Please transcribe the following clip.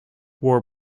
wore